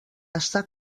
està